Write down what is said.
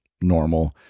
normal